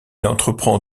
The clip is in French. entreprend